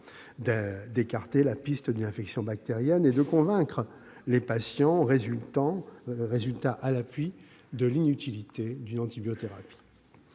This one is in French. d'écarter la piste d'une infection bactérienne et de convaincre les patients, résultat à l'appui, de l'inutilité d'une antibiothérapie.